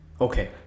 Okay